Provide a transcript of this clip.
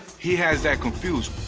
he has that confused.